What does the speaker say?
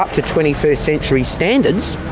to twenty first century standards,